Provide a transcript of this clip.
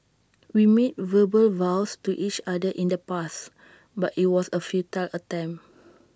we made verbal vows to each other in the past but IT was A futile attempt